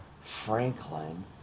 Franklin